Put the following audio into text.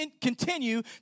continue